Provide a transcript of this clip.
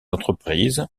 entreprises